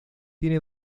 tiene